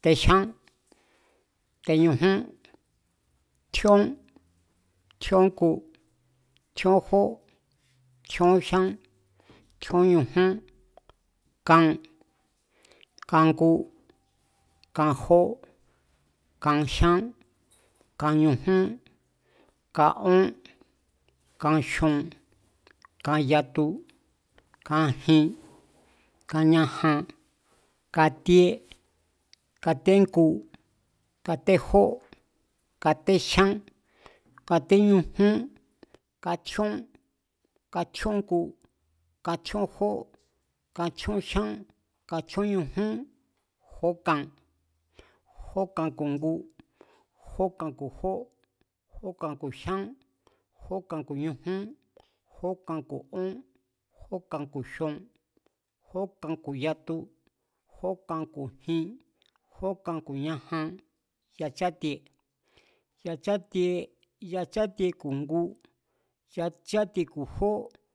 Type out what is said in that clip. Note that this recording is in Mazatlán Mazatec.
tejyán, teñujún, tjíón, tjíó jngu, tjíón jó, tjíón jyán, tjíón ñujún, kan, kan. jngu, kan jó, kan jyan, kan, ñujún, kan, ón, kan jyon, kan jin, kan ñajan, katíé, katéjngu, katéjó, katejyán, kateñujún, katjíón, katjíón, jngu, katjíón jó, katjíón jyán, katjíón ñujún, jókan, jókan ku̱ jngu, jókan ku̱ jó, kan ku̱ jyá, jókan ku̱ ñujún, jókan ku̱ ón, jókan ku̱ jyon, jókan ku̱ yatu, jókan ku̱ jin, jókan ku̱ ñajan, yachátie, yachátie ku̱ jngu, yachátie ku̱ jó